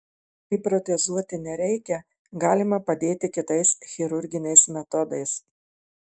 kai protezuoti nereikia galima padėti kitais chirurginiais metodais